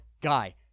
guy